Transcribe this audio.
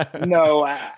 No